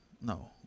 No